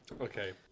okay